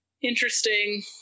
Interesting